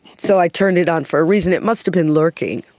so i turned it on for a reason. it must have been lurking,